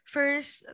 First